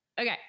Okay